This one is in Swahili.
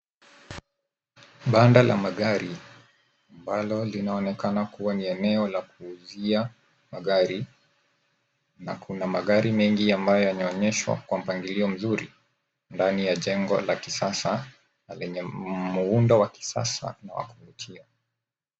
Banda la magari ambalo linaonekana kuwa ni eneo la kuuzia magari na kuna magari mengi ambayo yameonyeshwa kwa mpagilio mzuri ndani ya jengo la kisasa na lenye muundo wa kisasa na wa kuvutia.